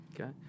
Okay